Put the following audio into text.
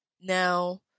Now